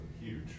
huge